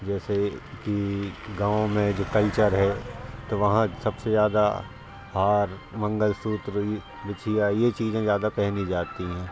जैसे कि गाँव में जो कल्चर है तो वहाँ सबसे ज़्यादा हार मंगलसूत्र यह बिछुए ये चीज़ें ज़्यादा पहनी जाती हैं